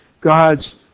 God's